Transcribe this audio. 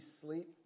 sleep